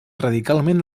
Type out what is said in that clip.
radicalment